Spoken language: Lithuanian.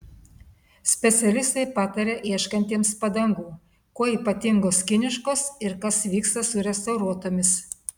specialistai pataria ieškantiems padangų kuo ypatingos kiniškos ir kas vyksta su restauruotomis